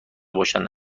باشند